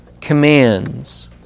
commands